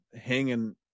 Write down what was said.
hanging